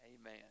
amen